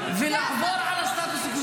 אני מבינה יופי.